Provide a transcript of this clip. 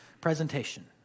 presentation